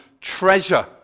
treasure